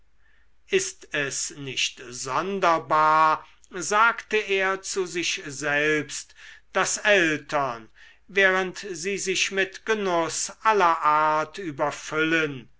ist es nicht sonderbar sagte er zu sich selbst daß eltern während sie sich mit genuß aller art überfüllen